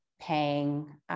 paying